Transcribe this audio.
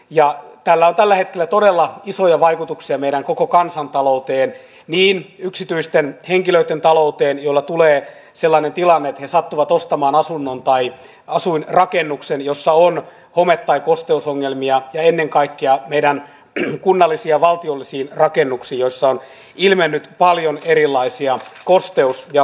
ja täällä on tällä hetkellä todella isoja vaikutuksia meidän koko kansantalouteen niin yksityisten henkilöitten talouteen juna tulee sellainen tilanne sattuvat ostamaan asunnon tai asuinrakennuksen jossa on home tai kosteusongelmia ennen kaikkea mitä ne kunnallis ja valtiollisiin rakennuksiin joissa on ilmennyt paljon erilaisia kosteus ja